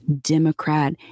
Democrat